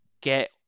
get